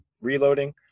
reloading